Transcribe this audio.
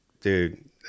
dude